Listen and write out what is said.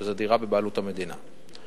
שזו דירה בבעלות המדינה.